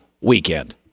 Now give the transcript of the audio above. weekend